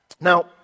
Now